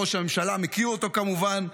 ראש הממשלה מכיר אותו, כמובן.